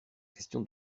question